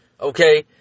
Okay